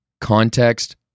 context